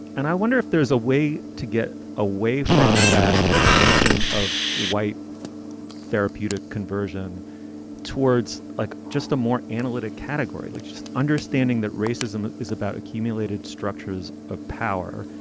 and i wonder if there's a way to get away from that notion of white therapeutic conversion towards like just a more analytic category, like just understanding that racism is about accumulated structures of power.